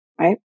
right